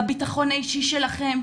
בביטחון האישי שלכן.